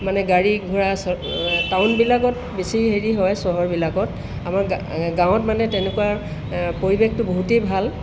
মানে গাড়ী ঘোঁৰা টাউনবিলাকত বেছি হেৰি হয় চহৰবিলাকত আমাৰ গাঁৱত মানে তেনেকুৱা পৰিৱেশটো বহুতেই ভাল